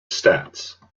stats